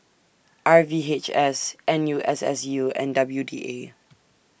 R V H S N U S S U and W D A